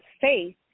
faith